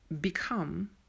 become